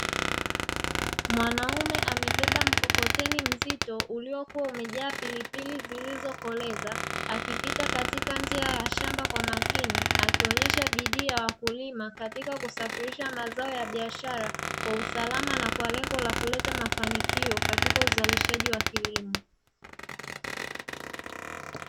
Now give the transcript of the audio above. Mwanaume amebeba mkokoteni mzito, uliokuwa umejaa pilipili zilizokoleza, akipita katika njia ya shamba kwa makini, akionyesha bidiii ya wakulima katika kusafirisha mazao ya biashara kwa usalama na kwa lengo la kuleta mafanikio katika uzalishaji wa kilimo.